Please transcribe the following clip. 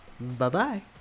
Bye-bye